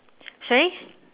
sorry